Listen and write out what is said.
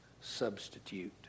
substitute